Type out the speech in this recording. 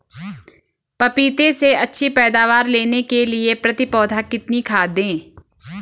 पपीते से अच्छी पैदावार लेने के लिए प्रति पौधा कितनी खाद दें?